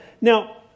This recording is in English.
Now